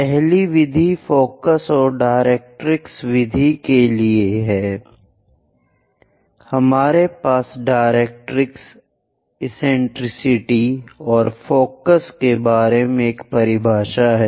पहली विधि फ़ोकस और डायरेक्ट्रिक्स विधि के लिए हमारे पास डायरेक्ट्रिक्स एसेंटेरिसिटी और फ़ोकस के बारे में एक परिभाषा है